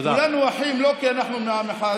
כולנו אחים, לא כי אנחנו מעם אחד,